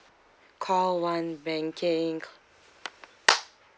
call one banking